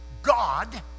God